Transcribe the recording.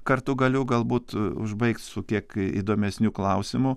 kartu galiu galbūt užbaigt su kiek įdomesniu klausimu